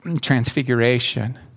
transfiguration